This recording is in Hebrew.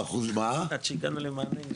את זה הבנתי ואני מקבל.